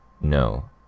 No